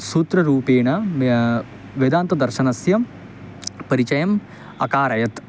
सूत्ररूपेण वेदान्तदर्शनस्य परिचयम् अकारयत्